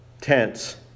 tense